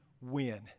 win